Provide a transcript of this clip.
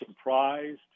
surprised